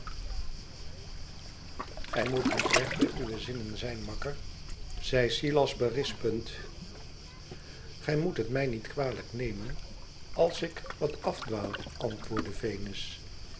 gij moet niet recht bij uwe zinnen zijn makker zei silas berispen gij moet het mij niet kwalijk nemen alsik wat afdwaal antwoordde venus